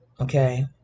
okay